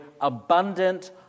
abundant